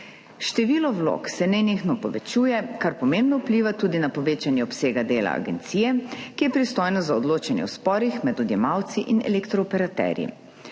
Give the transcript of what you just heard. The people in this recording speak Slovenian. Število vlog se nenehno povečuje, kar pomembno vpliva tudi na povečanje obsega dela agencije, ki je pristojna za odločanje o sporih med odjemalci in elektrooperaterji.